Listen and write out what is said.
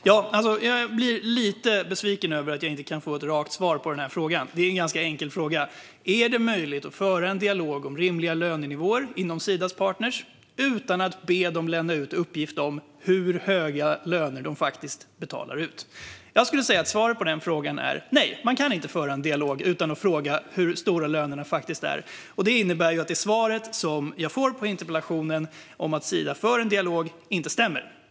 Fru talman! Jag blir lite besviken över att jag inte kan få ett rakt svar på frågan. Det är en ganska enkel fråga: Är det möjligt att föra en dialog om rimliga lönenivåer inom Sidas partner utan att be dem lämna ut uppgifter om hur höga löner de betalar ut? Jag skulle säga att svaret på den frågan är nej. Man kan inte föra en dialog utan att fråga hur stora lönerna faktiskt är. Det innebär att det som sägs i interpellationssvaret, att Sida för en dialog, inte stämmer.